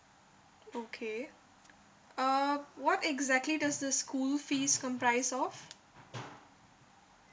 okay uh what exactly does the school fees comprise of